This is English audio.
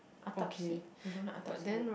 Attap Seed you don't like Attap Seed right